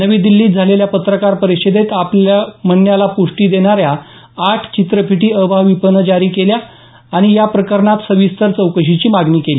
नवी दिल्लीत झालेल्या पत्रकार परिषदेत आपल्या म्हणण्याला पुष्टी देणा या आठ चित्रफिती अभाविपनं जारी केल्या आणि याप्रकरणात सविस्तर चौकशीची मागणी केली